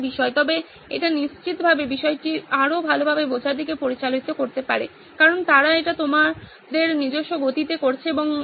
তবে এটি নিশ্চিতভাবে বিষয়টির আরও ভালোভাবে বোঝার দিকে পরিচালিত করতে পারে কারণ তারা এটি তোমাদের নিজস্ব গতিতে করছে এবং এটি করছে